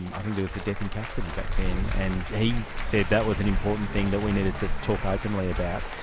i think there was a death in custody back then, and he said that was an important thing that we needed to talk openly about,